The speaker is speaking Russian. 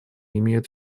имеют